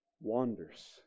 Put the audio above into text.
wanders